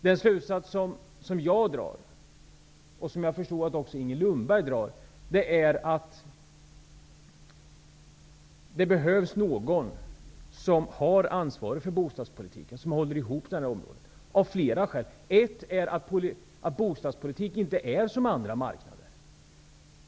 Den slutsats som jag drar och som jag förstod att också Inger Lundberg drar är att det behövs någon som tar ansvaret för bostadspolitiken, som håller ihop det på det här området, och det av flera skäl. Ett är att bostadspolitikens område inte är som andra marknader.